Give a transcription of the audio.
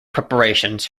preparations